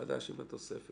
הנוסח החדש עם התוספת.